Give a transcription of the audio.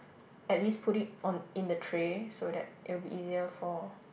at least put it on in the tray so that it will be easier for